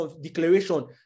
declaration